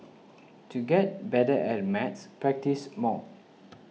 to get better at maths practise more